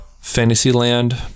Fantasyland